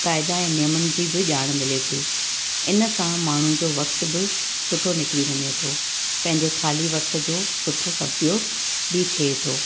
क़ाइदा ऐं नियमनि जी बि ॼाण मिले थी इन सां माण्हुनि जो वक़्त बि सुठो निकिरी वञे थो पंहिंजे ख़ाली वक़्त जो सुठो सदुपयोग बि थिए थो